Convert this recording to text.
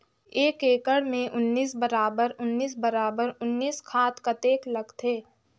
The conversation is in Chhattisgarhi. एक एकड़ मे उन्नीस बराबर उन्नीस बराबर उन्नीस खाद कतेक लगथे?